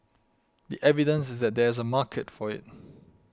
the evidence is there that there is a market for it